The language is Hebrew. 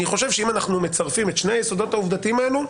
אני חושב שאם אנחנו מצרפים את שני היסודות העובדתיים האלה,